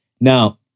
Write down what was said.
Now